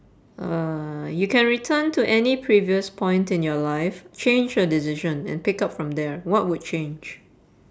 uh you can return to any previous point in your life change your decision and pick up from there what would change